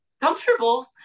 comfortable